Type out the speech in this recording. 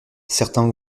certains